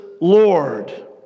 Lord